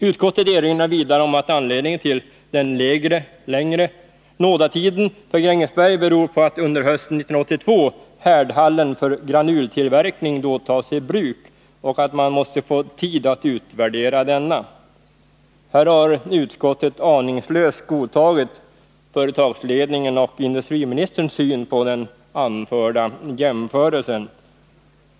Utskottet erinrar vidare om att den längre nådatiden för Grängesberg beror på att under hösten 1982 härdhallen för granultillverkning då tas i bruk och att man måste få tid att utvärdera denna. Här har utskottet aningslöst godtagit företagsledningens och industriministerns syn på den anförda jämförelsen.